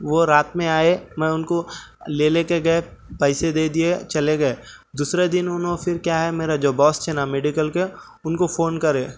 وہ رات میں آئے میں ان کو لے لے کے گیا پیسے دے دیے چلے گئے دوسرے دن انھوں پھر کیا ہے میرے جو باس تھے نا میڈیکل کے ان کو فون کرے